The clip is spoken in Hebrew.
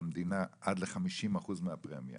המדינה עד ל- 50% מהפרמיה